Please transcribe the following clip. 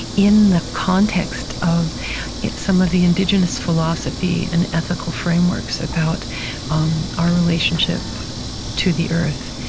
in the context of some of the indigenous philosophy and ethical frameworks about um our relationship to the earth.